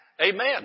Amen